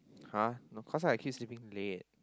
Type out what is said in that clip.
!huh! no cause I keep sleeping late